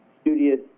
studious